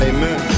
Amen